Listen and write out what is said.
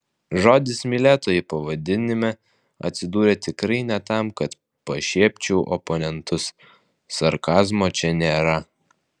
žodis mylėtojai pavadinime atsidūrė tikrai ne tam kad pašiepčiau oponentus sarkazmo čia nėra